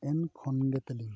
ᱮᱱ ᱠᱷᱚᱱ ᱜᱮ ᱛᱟᱹᱞᱤᱧ